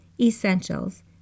essentials